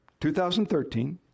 2013